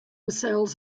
cells